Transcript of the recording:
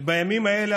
ובימים האלה,